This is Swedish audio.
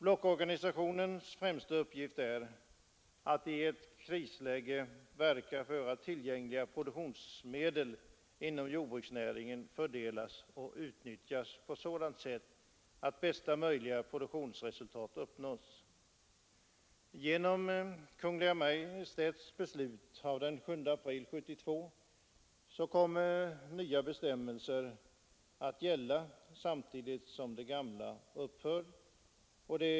Blockorganisationens främsta uppgift är att i ett krisläge verka för att tillgängliga produktionsmedel inom jordbruksnäringen fördelas och utnyttjas på sådant sätt att bästa möjliga produktionsresultat uppnås. Genom Kungl. Maj:ts beslut av den 7 april 1972 kom nya bestämmelser att gälla, samtidigt som de gamla upphörde.